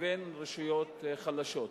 לבין רשויות חלשות.